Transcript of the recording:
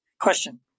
question